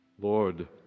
Lord